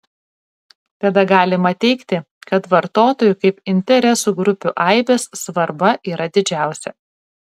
tada galima teigti kad vartotojų kaip interesų grupių aibės svarba yra didžiausia